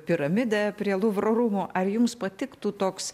piramidę prie luvro rūmų ar jums patiktų toks